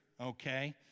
okay